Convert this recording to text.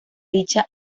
dicha